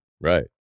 Right